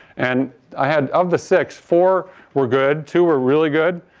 and i had of the six, four were good, two were really good.